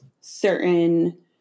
certain